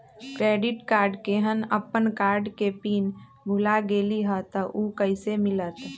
Credit card केहन अपन card के पिन भुला गेलि ह त उ कईसे मिलत?